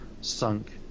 sunk